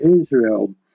Israel